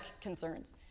concerns